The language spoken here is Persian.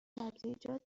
سبزیجات